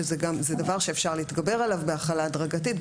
זה דבר שאפשר להתגבר עליו בהכלה הדרגתית,